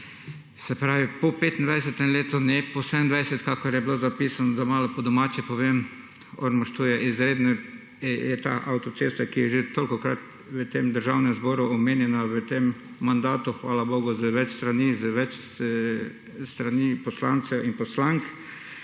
se pravi po 25 letu, ne po 27, kakor je bilo zapisano, da malo po domače povem. Ormož, ta avtocesta, ki je že tolikokrat v tem državnem zboru omenjena v tem mandatu, hvala bogu z več strani poslancev in poslank.